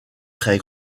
très